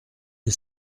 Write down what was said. est